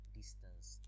distance